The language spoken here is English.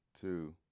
two